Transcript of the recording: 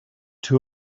two